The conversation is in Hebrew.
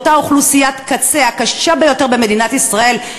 אותה אוכלוסיית קצה הקשה ביותר במדינת ישראל,